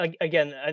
Again